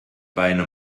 beine